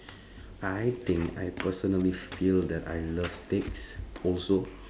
I think I personally feel that I love steaks also